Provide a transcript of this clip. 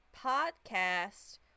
podcast